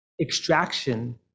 extraction